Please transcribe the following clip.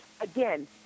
again